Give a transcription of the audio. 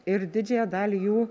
ir didžiąją dalį jų